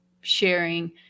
sharing